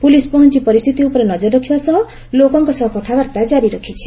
police ପହଞ୍ ପରିସ୍ସିତି ଉପରେ ନଜର ରଖିବା ସହ ଲୋକଙ୍କ ସହ କଥାବାର୍ତ୍ତା ଜାରି ରଖିଛି